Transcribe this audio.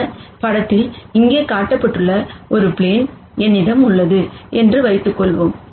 இந்த படத்தில் இங்கே காட்டப்பட்டுள்ள ஒரு பிளேன் என்னிடம் உள்ளது என்று வைத்துக் கொள்வோம்